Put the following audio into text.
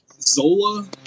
Zola